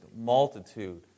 multitude